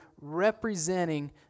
representing